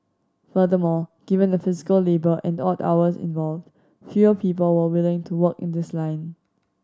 furthermore given the physical labour and odd hours involved fewer people were willing to work in this line